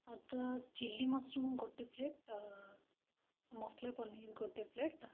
chilli mushroom ଗୋଟେ plate masala paneer ଗୋଟେ plate